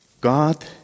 God